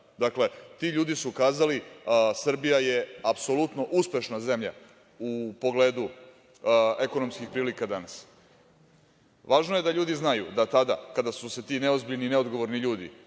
Tajms". Ti ljudi su kazali - Srbija je apsolutno uspešna zemlja u pogledu ekonomskih prilika danas. Važno je da ljudi znaju da tada kada su se ti neozbiljni i neodgovorni ljudi